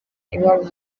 iwabo